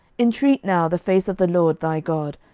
intreat now the face of the lord thy god,